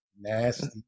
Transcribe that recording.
nasty